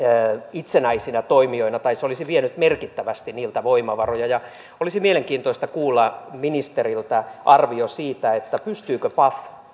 itsenäisinä toimijoina se olisi vienyt merkittävästi niiltä voimavaroja olisi mielenkiintoista kuulla ministeriltä arvio siitä pystyykö